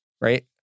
right